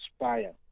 inspire